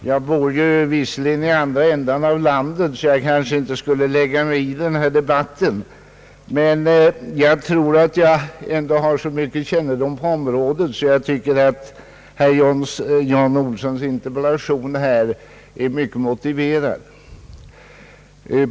Herr talman! Jag som bor i andra ändan av landet skulle kanske inte lägga mig i den här debatten rörande norrlandsproblem. Jag har emellertid så mycken kännedom på området att jag vågar säga att herr Johan Olssons interpellation är väl motiverad.